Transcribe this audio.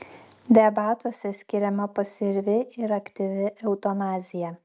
debatuose skiriama pasyvi ir aktyvi eutanazija